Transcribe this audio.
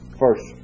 first